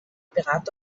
beratung